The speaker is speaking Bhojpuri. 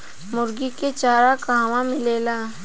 मुर्गी के चारा कहवा मिलेला?